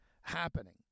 happening